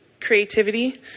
creativity